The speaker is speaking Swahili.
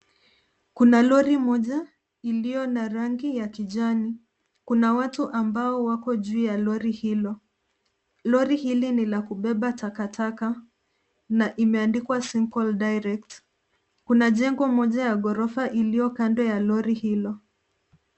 Kuna lori moja iliyo na rangi ya kijani. Kuna watu ambao wako juu ya lori hilo. Lori hili ni la kubeba takataka na imeandikwa Simple Direct. Kuna moja ya ghorofa iliyo kando ya lori hilo.